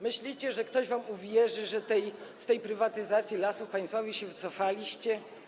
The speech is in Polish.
Myślicie, że ktoś wam uwierzy, że z tej prywatyzacji Lasów Państwowych się wycofaliście?